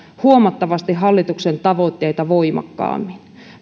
huomattavasti hallituksen tavoitteita voimakkaammin